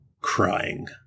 crying